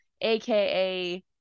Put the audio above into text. aka